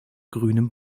grünem